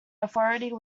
authority